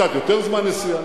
קצת יותר זמן נסיעה,